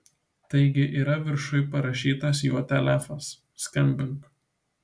taigi yra viršuj parašytas jo telefas skambink